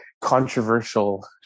controversial